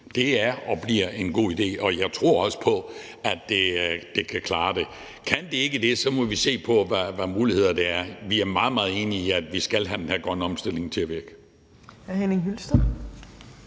Det er og bliver en god idé, og jeg tror også på, at markedet kan klare det. Kan det ikke det, må vi se på, hvilke muligheder der er. Vi er meget, meget enige i, at vi skal have den her grønne omstilling til at virke.